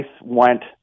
went